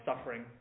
suffering